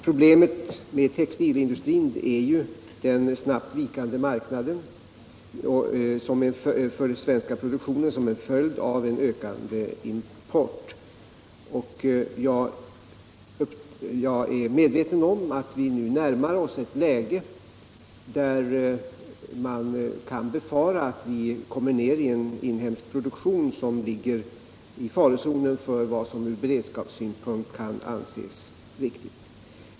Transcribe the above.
Problemet för textilindustrin är den snabbt vikande marknaden för svensk produktion som är följden av en ökande import. Jag är medveten om att vi nu närmar oss ett läge där man kan befara att vi kommer ner i en inhemsk produktion som ligger i farozonen för vad som från beredskapssynpunkt kan anses riktigt.